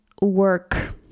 work